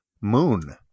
moon